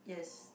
yes